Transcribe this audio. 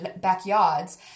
backyards